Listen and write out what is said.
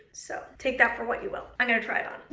so take that for what you will. i'm gonna try it on.